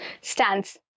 stance